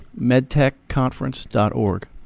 Medtechconference.org